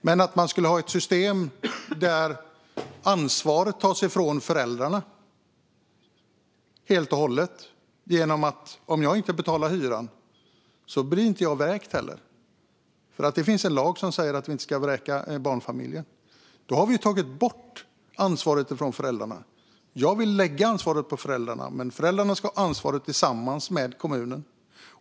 Men om vi skulle ha ett system där den som inte betalar hyran inte heller blir vräkt därför att det finns en lag som säger att vi inte ska vräka barnfamiljer skulle vi ta bort ansvaret från föräldrarna. Jag vill lägga ansvaret på föräldrarna, som ska ha det tillsammans med kommunen.